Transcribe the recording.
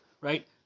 Right